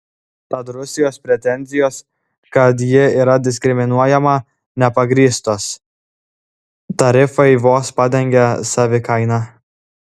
tad rusijos pretenzijos kad ji yra diskriminuojama nepagrįstos tarifai vos padengia savikainą